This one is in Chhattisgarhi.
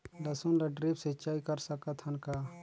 लसुन ल ड्रिप सिंचाई कर सकत हन का?